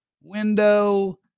window